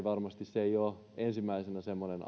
varmasti ei ole ensimmäisenä semmoinen